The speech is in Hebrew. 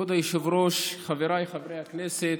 כבוד היושב-ראש, חבריי חברי הכנסת,